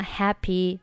happy